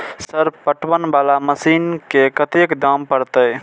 Sir पटवन वाला machine के कतेक दाम परतें?